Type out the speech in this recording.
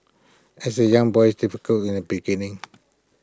as A young boy's difficult in A beginning